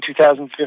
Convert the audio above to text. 2015